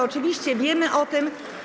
Oczywiście wiemy o tym.